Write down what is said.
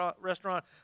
restaurant